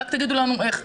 רק תגידו לנו איך,